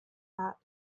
that